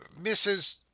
Mrs